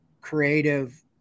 creative